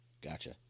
Gotcha